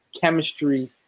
chemistry